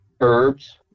herbs